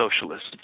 Socialists